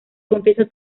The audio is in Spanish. confiesa